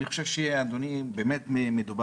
אנחנו הכנסנו